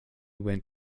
went